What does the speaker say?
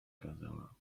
kazała